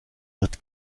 wird